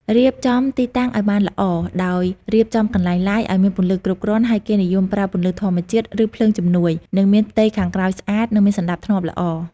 រៀបចំទីតាំងឲ្យបានល្អ ដោយរៀបចំកន្លែង Live ឲ្យមានពន្លឺគ្រប់គ្រាន់ ហើយគេនិយមប្រើពន្លឺធម្មជាតិ ឬភ្លើងជំនួយ និងមានផ្ទៃខាងក្រោយស្អាត និងមានសណ្តាប់ធ្នាប់ល្អ។